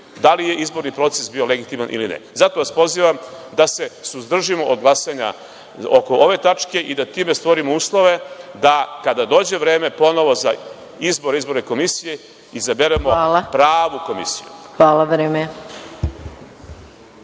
da li je izborni proces bio legitiman ili ne. Zato vas pozivam da se suzdržimo od glasanja oko ove tačke i da time stvorimo uslove da kada dođe vreme ponovo za izbore, izborna komisije izaberemo pravu komisiju. **Maja